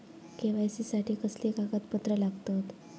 KYC साठी कसली कागदपत्र लागतत?